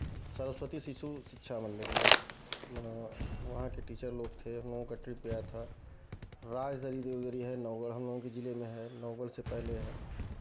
सरस्वती शिशु शिक्षा मंदिर में माने वहाँ के टीचर लोग थे हम लोगों का ट्रिप गया था राजदगरी है नौगढ़ हम लोगों के जिले में है नौगढ़ से पहले है